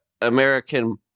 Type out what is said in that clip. American